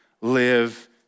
live